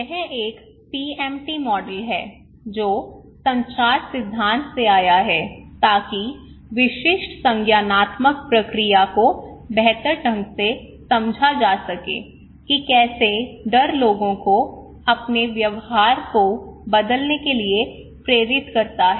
यह एक PMT model है जो संचार सिद्धांत से आया है ताकि विशिष्ट संज्ञानात्मक प्रक्रिया को बेहतर ढंग से समझा जा सके कि कैसे डर लोगों को अपने व्यवहार को बदलने के लिए प्रेरित करता है